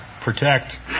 protect